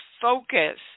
focus